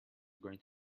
going